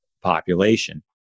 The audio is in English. population